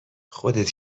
خودت